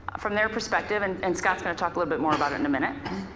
from their perspective, and and scott's gonna talk a little bit more about it in a minute.